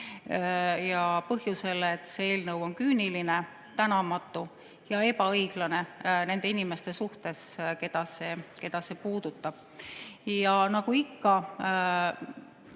seda põhjusel, et see eelnõu on küüniline, tänamatu ja ebaõiglane nende inimeste suhtes, keda see puudutab. Nagu ikka,